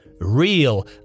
real